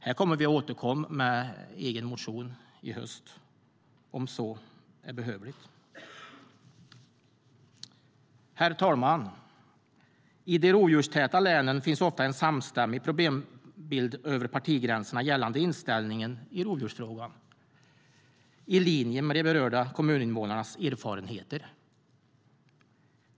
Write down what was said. Här kommer vi att återkomma med en egen motion i höst, om så är behövligt. Herr talman! I de rovdjurstäta länen finns ofta en samstämmighet över partigränserna gällande inställningen i rovdjursfrågan, i linje med kommuninvånarnas erfarenheter.